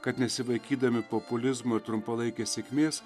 kad nesivaikydami populizmo ir trumpalaikės sėkmės